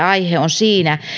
aihe on siinä